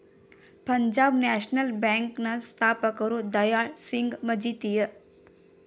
Punjab national bank ನ ಸ್ಥಾಪಕರು ದಯಾಳ್ ಸಿಂಗ್ ಮಜಿತಿಯ